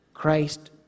Christ